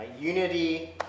Unity